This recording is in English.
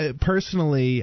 Personally